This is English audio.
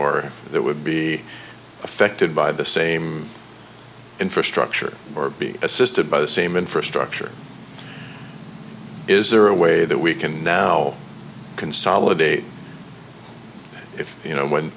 or that would be affected by the same infrastructure or be assisted by the same infrastructure is there a way that we can now consolidate if you know when